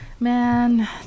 man